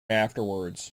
afterwards